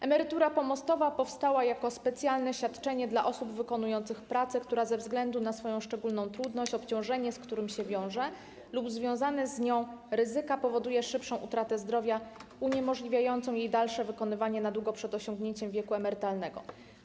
Emerytura pomostowa powstała jako specjalne świadczenie dla osób wykonujących pracę, która ze względu na swoją szczególną trudność, obciążenie, z którym się wiąże, lub związane z nią ryzyka, powoduje szybszą utratę zdrowia uniemożliwiającą jej dalsze wykonywanie na długo przed osiągnięciem wieku emerytalnego.